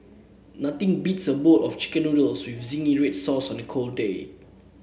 nothing beats a bowl of chicken noodles with zingy red sauce on a cold day